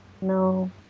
No